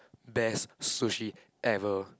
best sushi ever